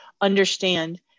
understand